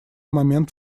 момент